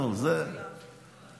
ברור שלא, דודי, זה לא מתאים.